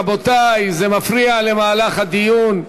רבותי, זה מפריע למהלך הדיון.